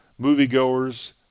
moviegoers